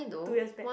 two years back